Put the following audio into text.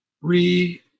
re